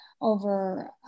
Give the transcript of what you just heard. over